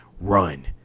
run